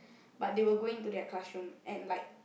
but they were going to that classroom and like